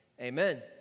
amen